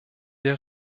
der